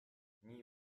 nii